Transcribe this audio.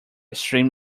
stream